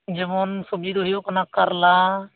ᱡᱮᱢᱚᱱ ᱥᱚᱵᱡᱤ ᱫᱚ ᱦᱩᱭᱩᱜ ᱠᱟᱱᱟ ᱠᱟᱨᱞᱟ